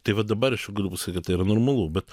tai vat dabar aš jau galiu pasakyt tai yra normalu bet